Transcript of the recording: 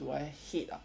what do I hate ah